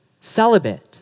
celibate